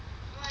the present